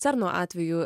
cerno atveju